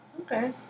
Okay